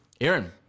Aaron